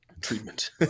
Treatment